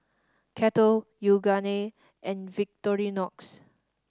Kettle Yoogane and Victorinox